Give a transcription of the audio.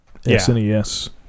SNES